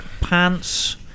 pants